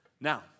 Now